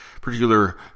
particular